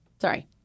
Sorry